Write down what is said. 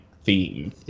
theme